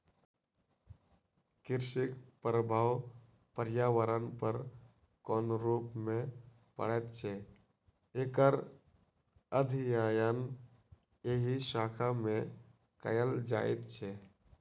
कृषिक प्रभाव पर्यावरण पर कोन रूप मे पड़ैत छै, एकर अध्ययन एहि शाखा मे कयल जाइत छै